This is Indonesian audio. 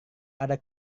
ada